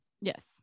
yes